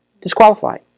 disqualified